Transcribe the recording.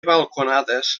balconades